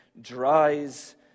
dries